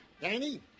Danny